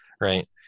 right